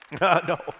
No